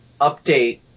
update